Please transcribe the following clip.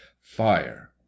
Fire